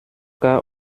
cas